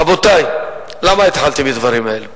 רבותי, למה התחלתי בדברים האלה?